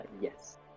Yes